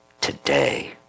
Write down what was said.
today